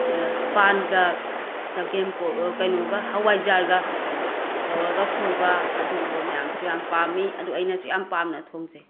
ꯄꯥꯟꯒ ꯆꯒꯦꯝ ꯄꯣ ꯀꯩꯅꯣꯒ ꯍꯋꯥꯏꯖꯥꯔꯒ ꯇꯧꯔꯒ ꯊꯣꯡꯕ ꯑꯗꯨꯒꯨꯝꯕ ꯃꯌꯥꯝꯁꯨ ꯌꯥꯝꯅ ꯄꯥꯝꯃꯤ ꯑꯗꯨ ꯑꯩꯅꯁꯨ ꯌꯥꯝꯅ ꯄꯥꯝꯅ ꯊꯣꯡꯖꯩ